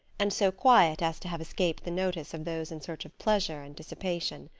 and so quiet as to have escaped the notice of those in search of pleasure and dissipation.